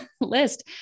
list